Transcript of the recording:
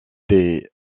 des